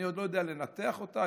אני עוד לא יודע לנתח אותה.